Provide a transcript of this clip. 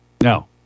Now